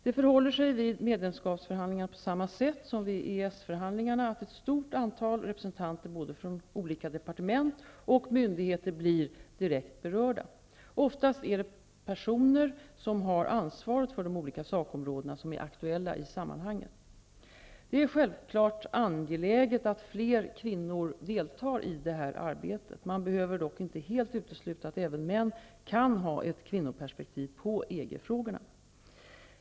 Det förhåller sig vid medlemskapsförhandlingarna på samma sätt som vid EES-förhandlingarna, att ett stort antal representanter, både från olika departement och från myndigheter, blir direkt berörda. Oftast är det de personer som har ansvaret för de olika sakområdena som är aktuella i sammanhanget. Det är självfallet angeläget att fler kvinnor deltar i detta arbete. Man behöver dock inte helt utesluta att även män kan ha ett kvinnoperspektiv på EG-frågorna.